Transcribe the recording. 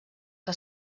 que